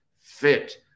fit